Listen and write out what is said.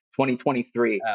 2023